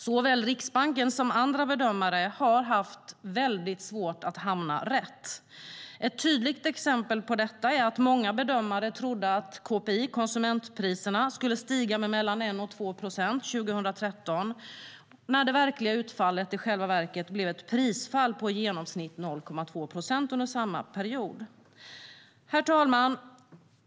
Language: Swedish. Såväl Riksbanken som andra bedömare har haft väldigt svårt att hamna rätt. Ett tydligt exempel på detta är att många bedömare trodde att KPI, konsumentprisindex, skulle stiga med 1-2 procent 2013 när det verkliga utfallet i själva verket blev ett prisfall på i genomsnitt 0,2 procent under samma period. Herr talman!